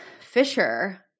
Fisher